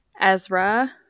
Ezra